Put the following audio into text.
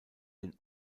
den